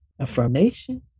affirmation